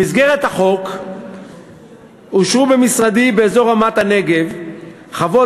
במסגרת החוק אושרו במשרדי באזור רמת-הנגב חוות